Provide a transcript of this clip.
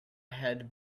had